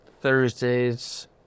Thursdays